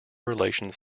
relations